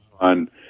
on